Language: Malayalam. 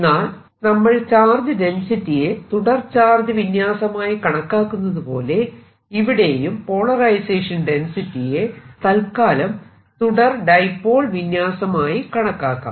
എന്നാൽ നമ്മൾ ചാർജ് ഡെൻസിറ്റിയെ തുടർ ചാർജ് വിന്യാസമായി കണക്കാക്കുന്നതുപോലെ ഇവിടെയും പോളറൈസേഷൻ ഡെൻസിറ്റിയെ തല്ക്കാലം തുടർ ഡൈപോൾ വിന്യാസമായി കണക്കാക്കാം